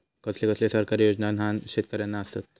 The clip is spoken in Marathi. कसले कसले सरकारी योजना न्हान शेतकऱ्यांना आसत?